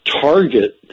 target